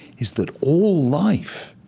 is that all life,